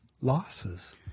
losses